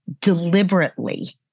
deliberately